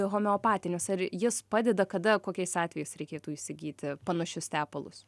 homeopatinis ar jis padeda kada kokiais atvejais reikėtų įsigyti panašius tepalus